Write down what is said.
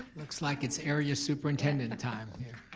looks like it's area superintendent time.